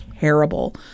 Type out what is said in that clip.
terrible